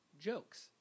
jokes